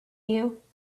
you